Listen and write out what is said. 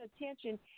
attention